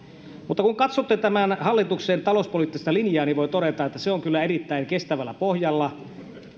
mutta kun katsotte tämän hallituksen talouspoliittista linjaa niin voi todeta että se on kyllä erittäin kestävällä pohjalla